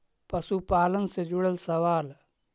पशुपालन से जुड़ल सवाल?